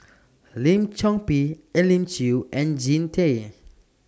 Lim Chor Pee Elim Chew and Jean Tay